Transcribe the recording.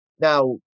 now